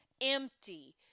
empty